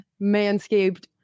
Manscaped